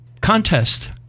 contest